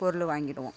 பொருள் வாங்கிடுவோம்